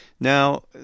Now